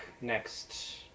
next